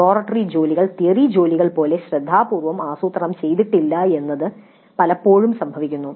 laboratory ജോലികൾ theory ജോലികൾ പോലെ ശ്രദ്ധാപൂർവ്വം ആസൂത്രണം ചെയ്തിട്ടില്ല എന്നത് ഇപ്പോൾ പലപ്പോഴും സംഭവിക്കുന്നു